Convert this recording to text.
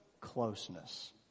closeness